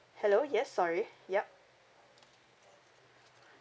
hello yes sorry yup